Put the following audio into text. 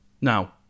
Now